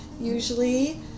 usually